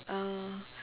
ah